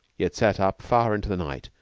yet sat up far into the night,